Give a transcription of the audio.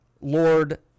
Lord